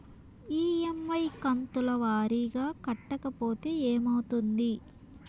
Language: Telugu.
ఇ.ఎమ్.ఐ కంతుల వారీగా కట్టకపోతే ఏమవుతుంది?